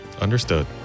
Understood